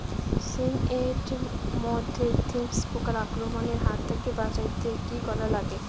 শিম এট মধ্যে থ্রিপ্স পোকার আক্রমণের হাত থাকি বাঁচাইতে কি করা লাগে?